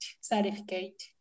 certificate